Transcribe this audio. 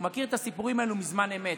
הוא מכיר את הסיפורים האלה מזמן אמת,